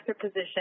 position